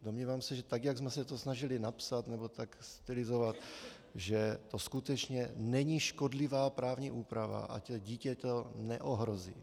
Domnívám se, že tak, jak jsme se to snažili napsat nebo stylizovat, že to skutečně není škodlivá právní úprava a dítě to neohrozí.